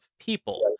people